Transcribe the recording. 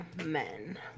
men